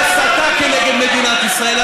להסתה כנגד מדינת ישראל.